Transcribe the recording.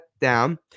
down